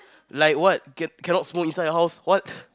like what can cannot smoke inside your house what